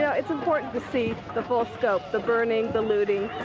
yeah it's important to see the full scope the burning, the looting,